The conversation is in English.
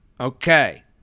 Okay